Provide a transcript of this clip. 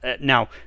now